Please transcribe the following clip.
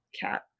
cat